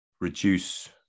reduce